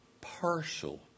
partial